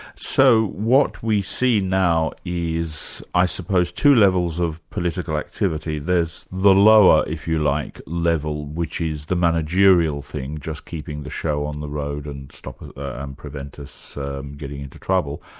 so what we see now is i suppose, two levels of political activity. there's the lower, if you like, level which is the managerial thing, just keeping the show on the road and prevent ah and prevent us getting into trouble,